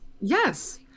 Yes